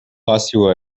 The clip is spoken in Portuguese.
fácil